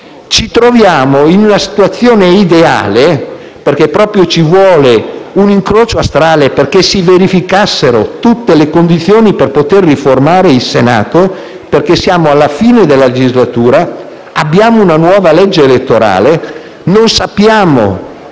Ci troviamo in una situazione ideale, perché ci vuole proprio un incrocio astrale perché si verifichino tutte le condizioni per riformare il Senato: siamo a fine legislatura, abbiamo una nuova legge elettorale, non sappiamo